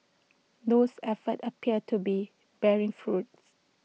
those efforts appear to be bearing fruits